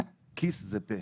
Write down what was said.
כיס זה פה.